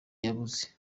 yabuze